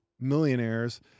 millionaires